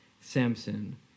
Samson